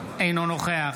אינו נוכח